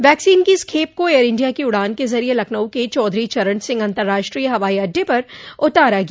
vaccine की इस खेप को एयर इंडिया की उड़ान के जरिये लखनऊ के चौधरी चरण सिंह अतंर्राष्ट्रीय हवाई अड्डे पर उतारा गया